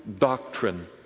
doctrine